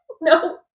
No